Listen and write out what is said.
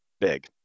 big